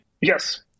Yes